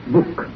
Book